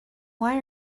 why